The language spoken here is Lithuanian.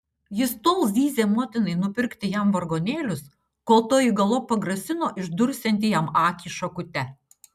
jis tol zyzė motinai nupirkti jam vargonėlius kol toji galop pagrasino išdursianti jam akį šakute